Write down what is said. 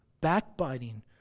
backbiting